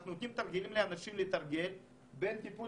הם נותנים לאנשים לתרגל ואין איפה,